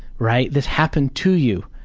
right? this happened to you,